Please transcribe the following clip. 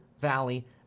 Valley